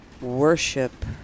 worship